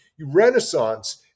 renaissance